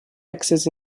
access